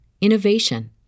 innovation